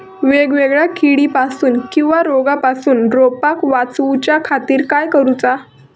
वेगवेगल्या किडीपासून किवा रोगापासून रोपाक वाचउच्या खातीर काय करूचा?